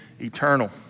eternal